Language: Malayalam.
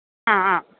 ആ ആ